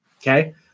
Okay